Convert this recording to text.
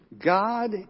God